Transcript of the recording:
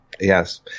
Yes